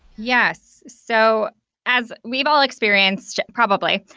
yes. so as we've all experienced probably,